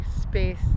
space